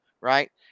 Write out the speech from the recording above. right